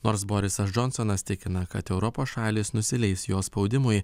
nors borisas džonsonas tikina kad europos šalys nusileis jo spaudimui